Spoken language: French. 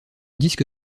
disque